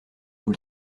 vous